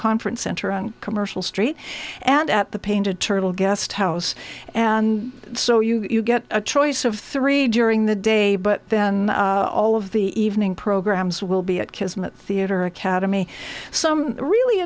conference center on commercial street and at the painted turtle guest house and so you get a choice of three during the day but then all of the evening programs will be at kismet theater academy some really